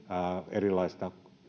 erilaisia